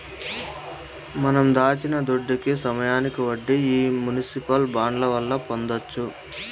మనం దాచిన దుడ్డుకి సమయానికి వడ్డీ ఈ మునిసిపల్ బాండ్ల వల్ల పొందొచ్చు